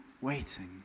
waiting